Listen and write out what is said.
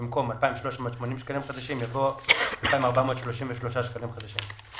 במקום "2,380 שקלים חדשים" יבוא "2,433 שקלים חדשים".